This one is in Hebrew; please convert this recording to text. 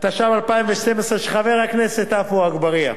(תיקון), התשע"ב 2012, של חבר הכנסת עפו אגבאריה.